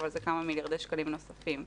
אבל זה כמה מיליארדי שקלים נוספים.